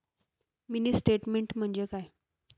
Mini statement म्हणजे काय?